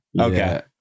Okay